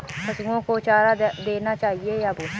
पशुओं को चारा देना चाहिए या भूसा?